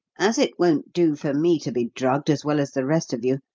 as it won't do for me to be drugged as well as the rest of you.